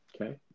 Okay